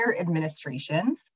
administrations